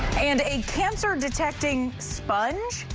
and a cancer-detecting sponge.